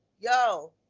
yo